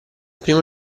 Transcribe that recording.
primo